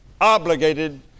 obligated